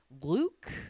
Luke